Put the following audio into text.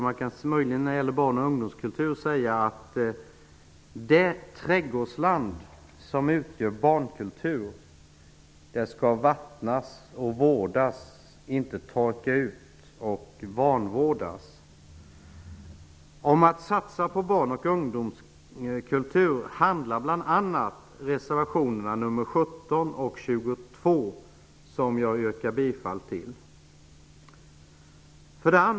Man kan möjligen säga att det trädgårdsland som utgör barnkultur skall vattnas och vårdas, inte torka ut och vanvårdas. Reservationerna 17 och 22 handlar om att satsa på barn och ungdomskultur, och jag yrkar bifall till dem. 2.